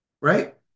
Right